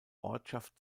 ortschaft